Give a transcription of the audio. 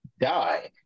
die